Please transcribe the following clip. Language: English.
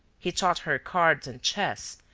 he taught her cards and chess,